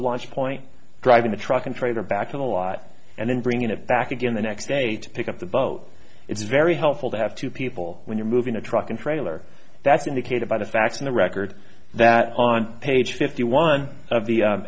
launch point driving the truck and trailer back in the lot and then bringing it back again the next day to pick up the boat it's very helpful to have two people when you're moving a truck and trailer that's indicated by the facts in the record that on page fifty one of the